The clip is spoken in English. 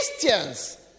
christians